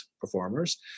performers